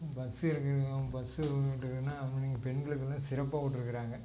bus bus government விட்ருக்குதுன்னா அதுவும் இன்னைக்கு பெண்களுக்கு வந்து சிறப்பாக விட்ருக்குறாங்க